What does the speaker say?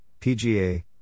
PGA